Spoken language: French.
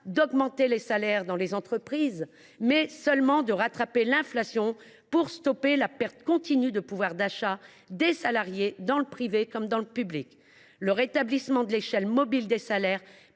d’augmenter les salaires dans les entreprises, mais seulement de rattraper l’inflation pour stopper la perte continue de pouvoir d’achat des salariés, dans le privé comme dans le public. Le rétablissement de l’échelle mobile des salaires